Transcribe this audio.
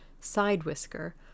side-whisker